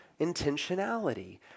intentionality